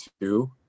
two